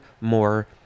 more